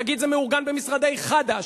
תגיד: זה מאורגן במשרדי חד"ש,